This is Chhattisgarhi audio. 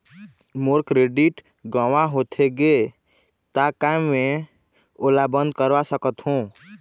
मोर क्रेडिट गंवा होथे गे ता का मैं ओला बंद करवा सकथों?